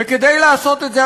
וכדי לעשות את זה,